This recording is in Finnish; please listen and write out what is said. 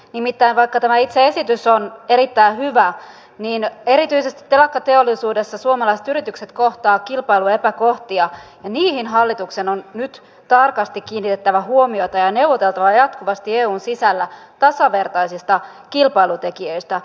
nimittäin vaikka tämä itse esitys on erittäin hyvä niin erityisesti telakkateollisuudessa suomalaiset yritykset kohtaavat kilpailuepäkohtia ja niihin hallituksen on nyt tarkasti kiinnitettävä huomiota ja neuvoteltava jatkuvasti eun sisällä tasavertaisista kilpailutekijöistä